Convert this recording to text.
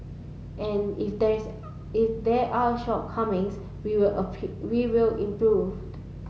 and if there is if there are shortcomings we will we will improved